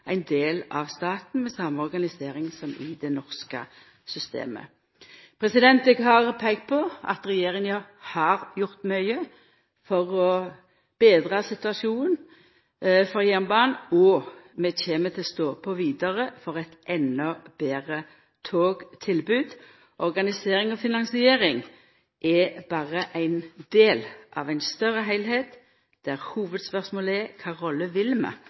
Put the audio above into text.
ein del av staten med same organisering som i det norske systemet. Eg har peikt på at regjeringa har gjort mykje for å betra situasjonen for jernbanen, og vi kjem til å stå på vidare for eit endå betre togtilbod. Organisering og finansiering er berre ein del av ein større heilskap, der hovudspørsmålet er: